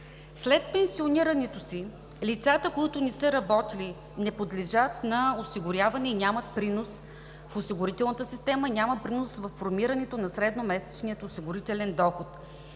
След пенсионирането си лицата, които не са работили, не подлежат на осигуряване и нямат принос в осигурителната система, нямат принос във формирането на средномесечния осигурителен доход.